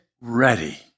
ready